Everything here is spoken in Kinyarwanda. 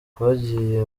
twagiye